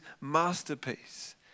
masterpiece